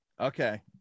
Okay